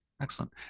Excellent